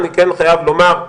אני כן חייב לומר,